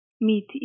meet